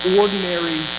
ordinary